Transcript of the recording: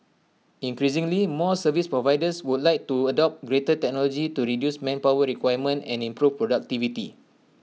increasingly more service providers would like to adopt greater technology to reduce manpower requirement and improve productivity